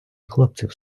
хлопців